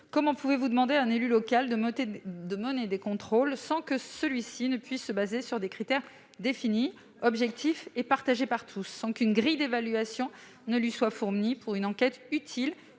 Comment pouvez-vous demander à un élu local de mener des contrôles sans que celui-ci puisse se baser sur des critères définis, objectifs et partagés par tous, et sans qu'une grille d'évaluation lui soit fournie pour une enquête utile